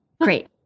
Great